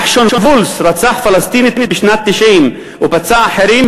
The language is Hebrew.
נחשון וולס רצח פלסטינית בשנת 1990 ופצע אחרים,